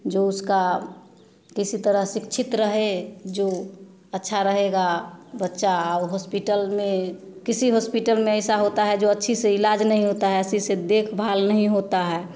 जो उसका किसी तरह शिक्षित रहे जो अच्छा रहेगा बच्चा आ हॉस्पिटल में किसी हॉस्पिटल में ऐसा होता है जो अच्छी से इलाज नहीं होता है अच्छे से देखभाल नहीं होता है